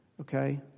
okay